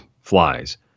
flies